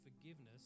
forgiveness